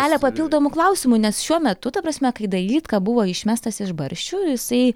kelia papildomų klausimų nes šiuo metu ta prasme kai dailydka buvo išmestas iš barščių jisai